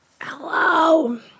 hello